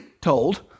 told